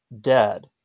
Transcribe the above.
dead